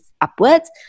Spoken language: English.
upwards